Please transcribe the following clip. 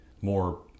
more